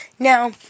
Now